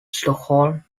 stockholm